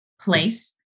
place